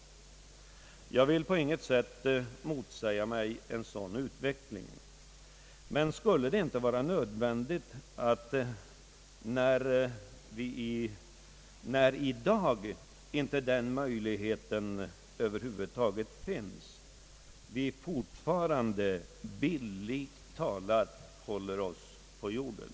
Jag vill inte alls motsätta mig en sådan utveckling, men när den möjligheten i dag över huvud taget inte finns är det då inte nödvändigt att vi fortfarande bildligt talat håller oss på jorden?